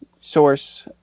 source